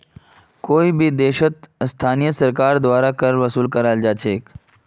कोई भी देशत स्थानीय सरकारेर द्वारा कर वसूल कराल जा छेक